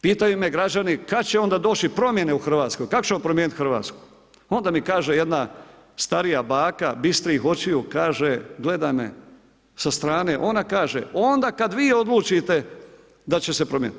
Pitaju me građani kada će onda doći promjene u Hrvatskoj, kako ćemo promijeniti Hrvatsku? onda mi kaže jedna starija baka bistrih očiju kaže, gleda me sa strane ona kaže onda kada vi odlučite da će se promijeniti.